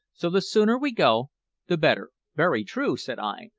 so the sooner we go the better. very true, said i.